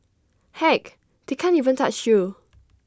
heck they can't even touch you